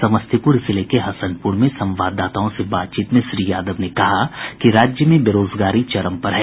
समस्तीपुर जिले के हसनपुर में संवाददाताओं से बातचीत में श्री यादव ने कहा कि राज्य में बेरोजगारी चरम पर है